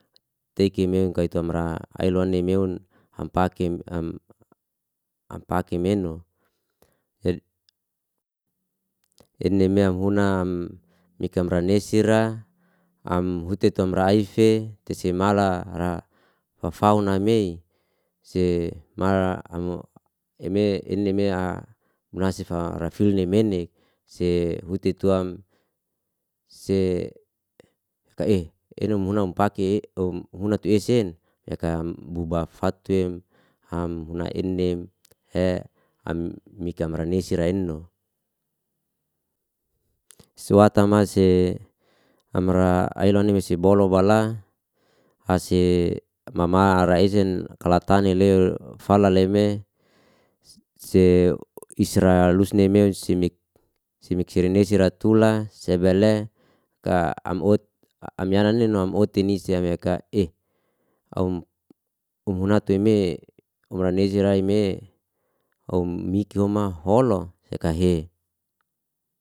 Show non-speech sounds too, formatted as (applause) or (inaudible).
Teike memang kai tambra ailuan nemeon hampaki em am ampaki meno (hesitation) enemia hunam mikran na resi ra am hute tom raife te semala ra fafaun na mei se malra amo eme eneme a munafis a rafilni mene se hutetuam se ekah e enom unam pake e om huna tu esen wekam bubam fatwim ham huna enem he am mika maranesi rae'no. suata mase amra ailoni me sibolo bala ase mama ra ezin kala tane leo fala leme se isra lusne meu semik semik serinesi ra tula sebela ka om ot amiyana ninom oti ni sea wea ka eh au umu natu em e umu rezi nae me ommikihoma ho lo yakahe